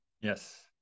Yes